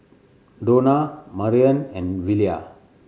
Donna Marrion and Willia